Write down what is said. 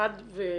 חד וברור.